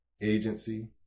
agency